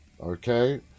okay